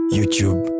YouTube